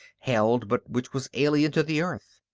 held, but which was alien to the earth.